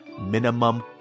minimum